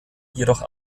jedoch